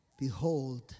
behold